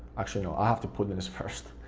actually, no, i to put them as first.